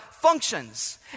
functions